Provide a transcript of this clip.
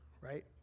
Right